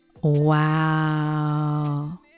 Wow